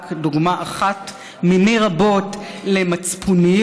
רק דוגמה אחת מיני רבות למצפוניות,